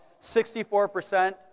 64%